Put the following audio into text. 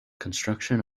construction